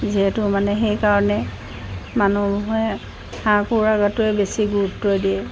যিহেতু মানে সেইকাৰণে মানুহে হাঁহ কুকুৰাটোৱে বেছি গুৰুত্ব দিয়ে